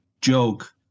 joke